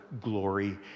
glory